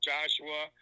Joshua